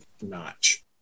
notch